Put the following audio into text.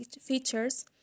features